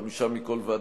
חמישה מכל ועדה,